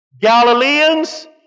Galileans